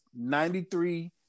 93